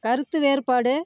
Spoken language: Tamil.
கருத்து வேறுபாடு